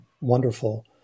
wonderful